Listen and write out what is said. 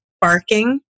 barking